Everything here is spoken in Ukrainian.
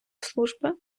служби